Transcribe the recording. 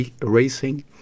racing